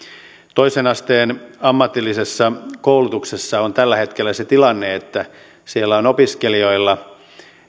toisen asteen ammatillisessa koulutuksessa on tällä hetkellä se tilanne että siellä on opiskelijoilla